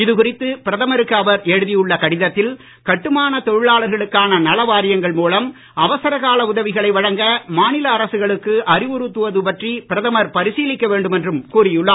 இதுகுறித்து பிரதமருக்கு அவர் எழுதி உள்ள கடிதத்தில் கட்டுமானத் தொழிலாளர்களுக்கான நலவாரியங்கள் மூலம் அவசர கால உதவிகளை வழங்க மாநில அரசுகளுக்கு அறிவுறுத்துவது பற்றி பிரதமர் பரிசீலிக்க வேண்டுமென்றும் கூறி உள்ளார்